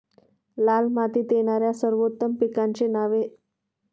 लाल मातीत येणाऱ्या सर्वोत्तम पिकांची नावे?